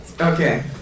okay